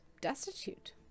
destitute